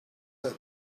that